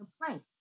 complaint